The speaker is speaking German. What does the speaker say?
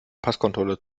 passkontrolle